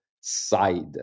side